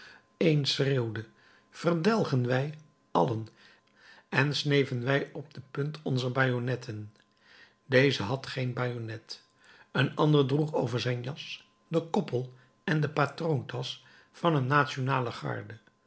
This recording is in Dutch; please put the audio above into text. een schreeuwde verdelgen wij allen en sneven wij op de punt onzer bajonnetten deze had geen bajonnet een ander droeg over zijn jas den koppel en de patroontasch van een nationale garde